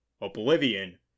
Oblivion